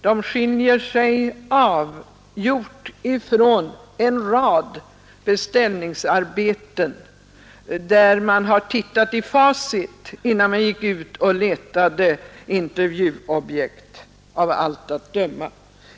De skiljer sig avgjort från en rad beställningsarbeten där man av allt att döma har tittat i facit innan man gått ut och letat intervjuobjekt.